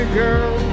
girl